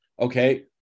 okay